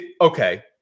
Okay